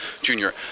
Junior